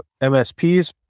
MSPs